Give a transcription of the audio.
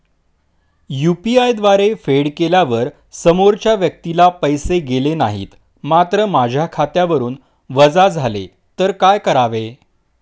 UPI द्वारे फेड केल्यावर समोरच्या व्यक्तीला पैसे गेले नाहीत मात्र माझ्या खात्यावरून वजा झाले तर काय करावे?